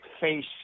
face